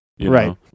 Right